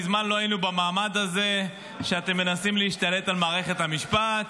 מזמן לא היינו במעמד הזה שאתם מנסים להשתלט על מערכת המשפט.